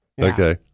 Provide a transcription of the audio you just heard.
Okay